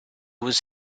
was